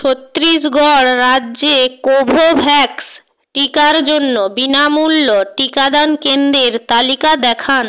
ছত্তিশগড় রাজ্যে কোভোভ্যাক্স টিকার জন্য বিনামূল্য টিকাদান কেন্দ্রের তালিকা দেখান